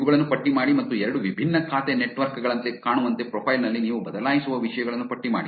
ಇವುಗಳನ್ನು ಪಟ್ಟಿ ಮಾಡಿ ಮತ್ತು ಎರಡು ವಿಭಿನ್ನ ಖಾತೆ ನೆಟ್ವರ್ಕ್ ಗಳಂತೆ ಕಾಣುವಂತೆ ಪ್ರೊಫೈಲ್ ನಲ್ಲಿ ನೀವು ಬದಲಾಯಿಸುವ ವಿಷಯಗಳನ್ನು ಪಟ್ಟಿ ಮಾಡಿ